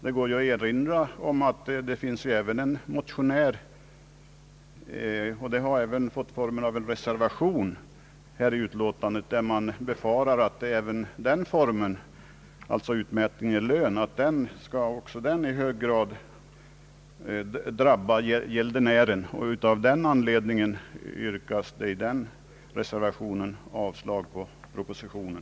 Jag kan erinra om att det väckts en motion som också lett till en reservation, där det befaras att även utmätning i lön i hög grad skall drabba gäldenären, och av den anledningen yrkas det i den reservationen avslag på propositionen.